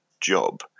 job